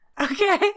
Okay